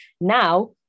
Now